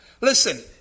Listen